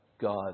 God